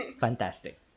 fantastic